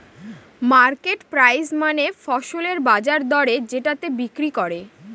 market price মানে ফসলের বাজার দরে যেটাতে বিক্রি করে